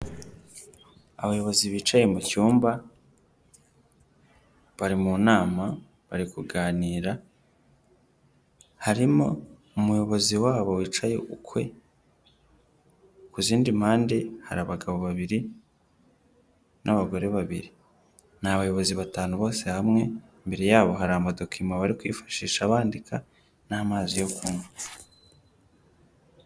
Abayobozi bicaye mu cyumba bari mu nama bari kuganira harimo umuyobozi wabo wicaye ukwe, ku zindi mpande hari abagabo babiri n'abagore babiri n'abayobozi batanu bose hamwe imbere yabo hari amadokima bari kwifashisha bandika n'amazi yo kunywa.